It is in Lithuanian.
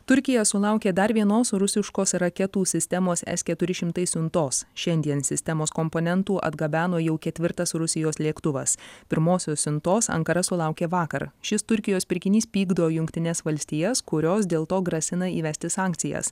turkija sulaukė dar vienos rusiškos raketų sistemos es keturi šimtai siuntos šiandien sistemos komponentų atgabeno jau ketvirtas rusijos lėktuvas pirmosios siuntos ankara sulaukė vakar šis turkijos pirkinys pykdo jungtines valstijas kurios dėl to grasina įvesti sankcijas